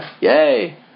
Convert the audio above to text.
Yay